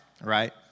right